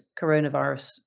coronavirus